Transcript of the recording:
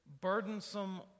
burdensome